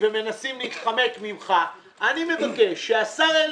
אני אגיד את ההערה שלך, מיקי.